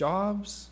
Jobs